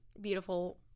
beautiful